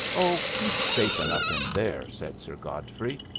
oh, he's safe enough in there, said sir godfrey.